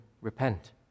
Repent